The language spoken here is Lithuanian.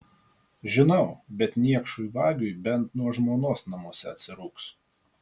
žinau bet niekšui vagiui bent nuo žmonos namuose atsirūgs